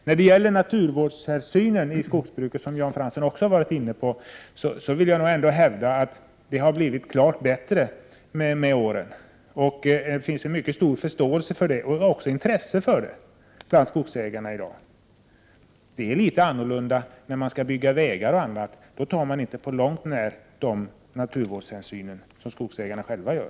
När det gäller naturvårdshänsynen i skogsbruket, vilket Jan Fransson också berörde, vill jag nog ändå hävda att den utvecklats till det bättre med åren. Det finns en mycket stor förståelse och även ett intresse för naturvårdshänsyn bland skogsägarna i dag. Det är litet annorlunda när man skall bygga vägar och annat. Då tar man inte på långt när de naturvårdshänsyn som skogsägarna själva tar.